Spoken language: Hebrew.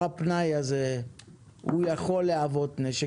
הפנאי הזה הוא יכול להוות נשק,